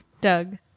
Doug